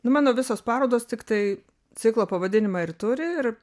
nu mano visos parodos tiktai ciklo pavadinimą ir turi ir